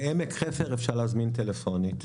בעמק חפר אפשר להזמין טלפונית.